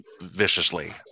viciously